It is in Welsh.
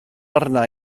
arna